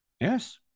yes